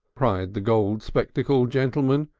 cried the gold-spectacled gentleman,